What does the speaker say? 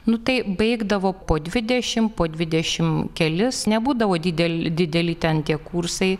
nu tai baigdavo po dvidešimt po dvidešimt kelis nebūdavo dideli dideli ten tie kursai